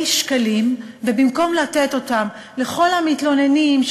שקלים ובמקום לתת אותם לכל המתלוננים,